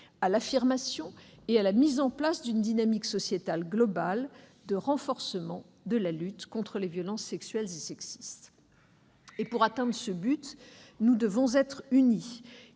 à l'affirmation et à la mise en place d'une dynamique sociétale globale de renforcement de la lutte contre les violences sexuelles et sexistes. Pour atteindre ce but, nous devons être unis.